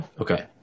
Okay